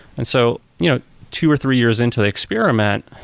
and so you know two or three years into the experiment,